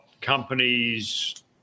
companies